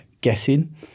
guessing